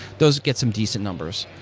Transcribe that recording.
those get some decent numbers.